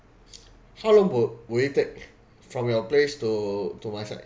how long will will it take from your place to to my side